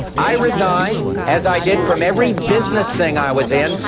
i resigned as i did from every business thing i was in.